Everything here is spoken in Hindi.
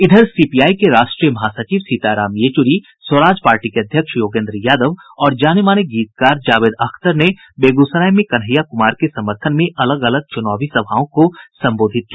इधर सीपीआई के राष्ट्रीय महासचिव सीताराम येचुरी स्वराज पार्टी के अध्यक्ष योगेन्द्र यादव और जानेमाने गीतकार जावेद अख्तर ने बेगूसराय में कन्हैया कुमार के समर्थन में अलग अलग चुनावी सभाओं को संबोधित किया